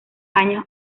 años